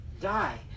die